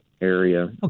area